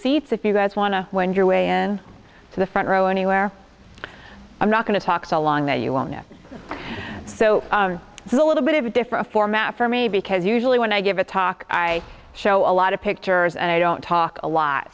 seats if you guys want to when you're away and to the front row anywhere i'm not going to talk so long that you won't know so it's a little bit of a different format for me because usually when i give a talk i show a lot of pictures and i don't talk a lot